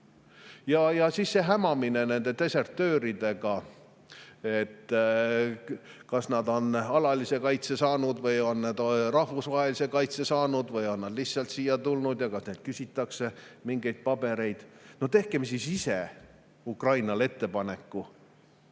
Siis see hämamine nende desertööridega, et kas nad on alalise kaitse saanud või on nad rahvusvahelise kaitse saanud või on nad lihtsalt siia tulnud ja kas neilt küsitakse mingeid pabereid. No tehkem siis ise Ukrainale ettepanek!